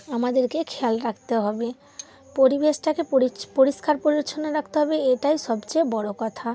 আমাদেরকে খেয়াল রাখতে হবে পরিবেশটাকে পরিছ পরিষ্কার পরিচ্ছন্ন রাখতে হবে এটাই সবচেয়ে বড়ো কথা